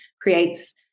creates